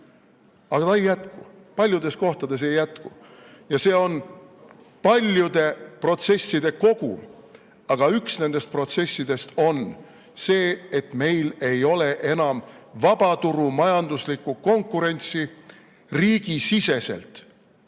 Aga ta ei jätku. Paljudes kohtades ei jätku ja see on paljude protsesside kogum, aga üks nendest protsessidest on see, et meil ei ole enam vabaturumajanduslikku konkurentsi riigisiseselt.